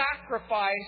sacrifice